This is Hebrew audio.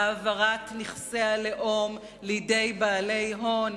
העברת נכסי הלאום לידי בעלי הון,